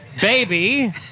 baby